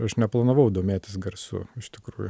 aš neplanavau domėtis garsu iš tikrųjų